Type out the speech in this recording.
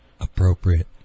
appropriate